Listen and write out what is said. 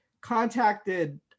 contacted